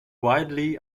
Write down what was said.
widely